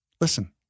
Listen